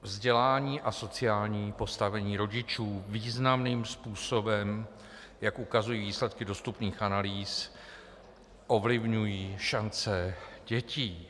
Vzdělání a sociální postavení rodičů významným způsobem, jak ukazují výsledky dostupných analýz, ovlivňují šance dětí.